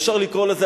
אפשר לקרוא לזה,